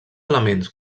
elements